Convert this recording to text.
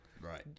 Right